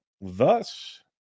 Thus